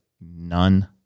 none